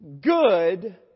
Good